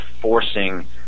forcing